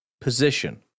position